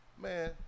Man